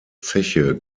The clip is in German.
zeche